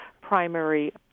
primary